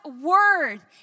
word